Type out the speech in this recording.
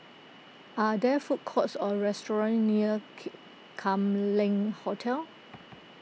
are there food courts or restaurants near Kee Kam Leng Hotel